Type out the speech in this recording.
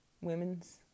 women's